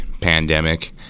pandemic